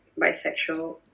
bisexual